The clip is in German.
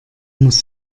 muss